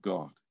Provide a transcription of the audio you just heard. God